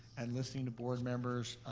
and listening to board members,